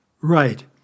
Right